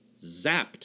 Zapped